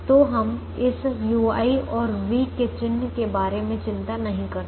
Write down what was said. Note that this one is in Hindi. तो हम इस u और v के चिह्न के बारे में चिंता नहीं करते